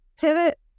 pivot